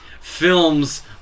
films